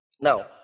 Now